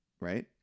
Right